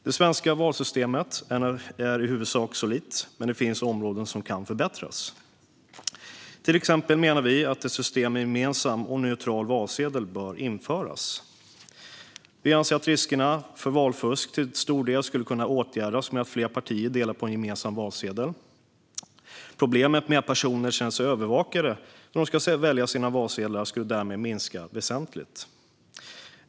Det svenska valsystemet är i huvudsak solitt, men det finns områden som kan förbättras. Till exempel menar vi att ett system med gemensam och neutral valsedel bör införas. Vi anser att riskerna för valfusk till stor del skulle kunna åtgärdas genom att flera partier delar på en gemensam valsedel. Problemet med att personer känner sig övervakade då de ska välja sina valsedlar skulle därmed minska väsentligt.